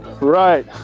Right